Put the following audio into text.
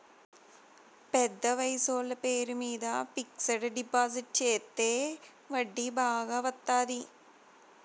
పెద్ద వయసోళ్ల పేరు మీద ఫిక్సడ్ డిపాజిట్ చెత్తే వడ్డీ బాగా వత్తాది